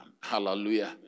Hallelujah